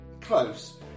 Close